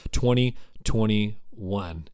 2021